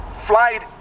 flight